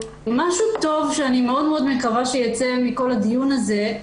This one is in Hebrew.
משהו טוב שאני מאוד מאוד מקווה שייצא מכל הדיון הזה,